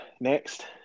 Next